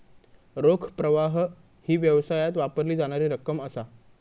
रोख प्रवाह ही व्यवसायात वापरली जाणारी रक्कम असा